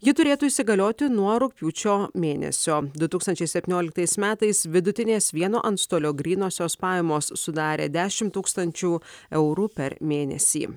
ji turėtų įsigalioti nuo rugpjūčio mėnesio du tūkstančiai septynioliktais metais vidutinės vieno antstolio grynosios pajamos sudarė dešim tūkstančių eurų per mėnesį